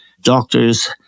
doctors